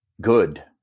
good